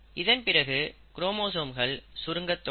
இதன்பிறகு குரோமோசோம்கள் சுருங்கத் தொடங்கும்